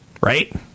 right